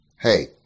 Hey